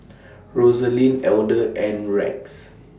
Rosalind Elder and Rex